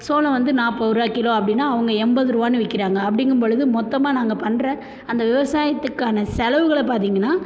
சோளம் வந்து நாற்பதுரூவா கிலோ அப்படின்னா அவங்க எண்பதுரூவானு விற்கிறாங்க அப்படிங்கும்பொலுது மொத்தமாக நாங்கள் பண்ணுற அந்த விவசாயத்துக்கான செலவுகளை பார்த்தீங்கன்னா